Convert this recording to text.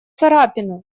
царапина